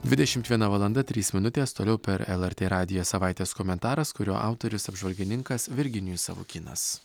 dvidešimt viena valanda trys minutės toliau per lrt radiją savaitės komentaras kurio autorius apžvalgininkas virginijus savukynas